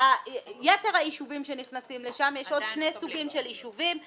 יש עוד שני סוגים של יישובים שנכנסים לשם.